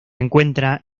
encuentra